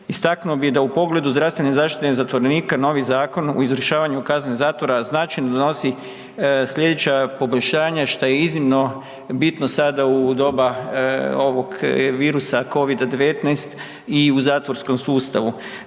Istaknuo bih da u pogledu zdravstvene zaštite zatvorenika novi zakon u izvršavanju kazne zatvora značajno donosi sljedeća poboljšanja šta je iznimno bitno sada u doba ovog virusa COVID-19 i u zatvorskom sustavu.